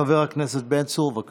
חבר הכנסת בן צור, בבקשה.